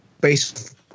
based